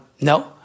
No